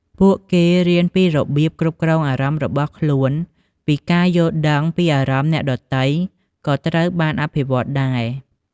ពួកគេរៀនពីរបៀបគ្រប់គ្រងអារម្មណ៍របស់ខ្លួន ពីការយល់ដឹងពីអារម្មណ៍អ្នកដទៃក៏ត្រូវបានអភិវឌ្ឍដែរ។